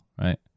right